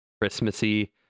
Christmassy